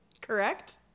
Correct